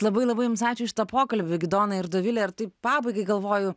labai labai jums ačiū už šitą pokalbį gidonai ir dovile ir taip pabaigai galvoju